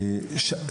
כן.